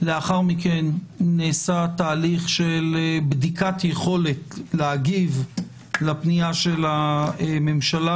לאחר מכן נעשה תהליך של בדיקת יכולת להגיב לפנייה של הממשלה,